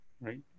right